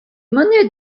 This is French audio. monnaies